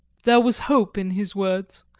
there was hope in his words,